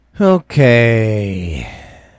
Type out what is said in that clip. okay